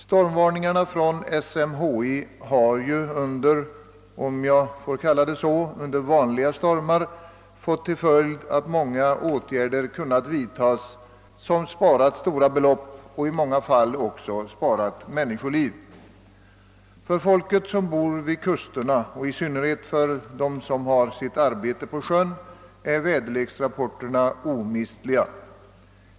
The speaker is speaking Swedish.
Stormvarningarna från SMHI har under vanliga stormar — om jag får kalla dem så — gjort att många åtgärder kunnat vidtas som sparat stora belopp och i många fall också räddat människoliv. För dem som bor vid kusterna, i synnerhet för dem som har sitt arbete på sjön, är väderleksrapporterna omistliga.